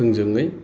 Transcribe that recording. थोंजोङै